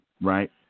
right